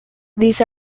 these